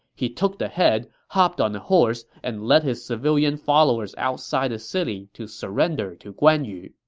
he took the head, hopped on a horse, and led his civilian followers outside the city to surrender to guan yu.